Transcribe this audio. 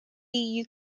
you